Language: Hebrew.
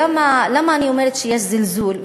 למה אני אומרת שיש זלזול?